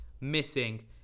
missing